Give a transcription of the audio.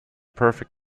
perfect